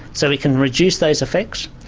so we can reduce those effects.